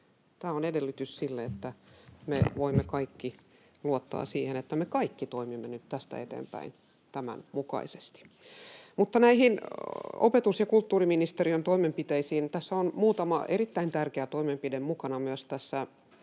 Tämä on edellytys sille, että me voimme kaikki luottaa siihen, että me kaikki toimimme nyt tästä eteenpäin tämän mukaisesti. Näihin opetus- ja kulttuuriministeriön toimenpiteisiin: Muutama erittäin tärkeä toimenpide on mukana myös tässä